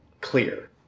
clear